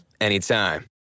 anytime